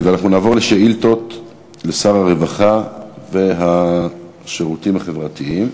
אנחנו נעבור לשאילתות לשר הרווחה והשירותים החברתיים.